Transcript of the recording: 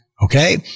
okay